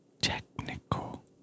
Technical